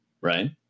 right